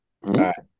Right